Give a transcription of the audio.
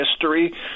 history